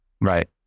Right